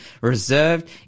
reserved